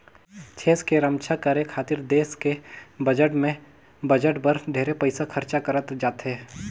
छेस के रम्छा करे खातिर देस के बजट में बजट बर ढेरे पइसा खरचा करत जाथे